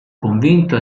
convinto